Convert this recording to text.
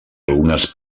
algunes